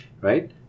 right